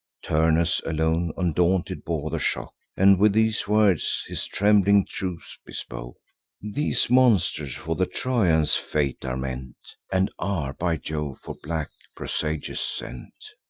turnus alone, undaunted, bore the shock, and with these words his trembling troops bespoke these monsters for the trojans' fate are meant, and are by jove for black presages sent.